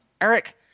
Eric